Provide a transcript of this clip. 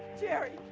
jerry!